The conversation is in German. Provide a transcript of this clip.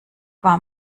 war